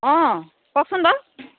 অঁ কওকচোন বাৰু